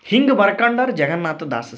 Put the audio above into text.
ಹಿಂಗೆ ಬರ್ಕಂಡರ ಜಗನ್ನಾಥದಾಸಸರು